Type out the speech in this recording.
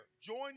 join